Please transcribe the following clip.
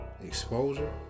Exposure